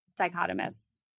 dichotomous